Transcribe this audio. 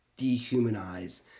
dehumanize